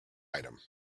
item